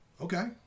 okay